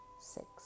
six